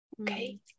Okay